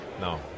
no